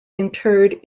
interred